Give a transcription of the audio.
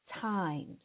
times